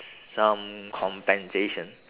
some compensation